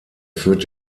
führt